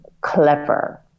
clever